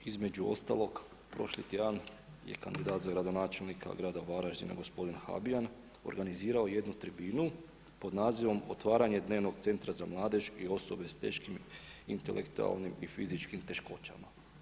Između ostalog prošli tjedan je kandidat za gradonačelnika grada Varaždina gospodin Habijan organizirao jednu tribinu pod nazivom otvaranje dnevnog centra za mladež i osobe sa teškim intelektualnim i fizičkim teškoćama.